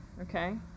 okay